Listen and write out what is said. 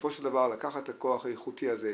בסופו של דבר לקחת את הכוח האיכותי הזה,